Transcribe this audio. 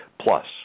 plus